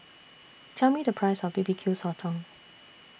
Tell Me The Price of B B Q Sotong